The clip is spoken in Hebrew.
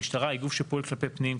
המשטרה היא גוף שפועל כלפי פנים,